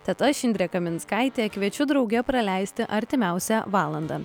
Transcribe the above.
tad aš indrė kaminskaitė kviečiu drauge praleisti artimiausią valandą